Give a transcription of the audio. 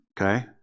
okay